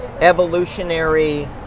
evolutionary